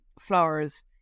flowers